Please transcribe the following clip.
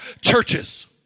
churches